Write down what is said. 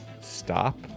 stop